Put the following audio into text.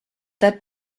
that